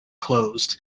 closed